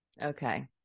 okay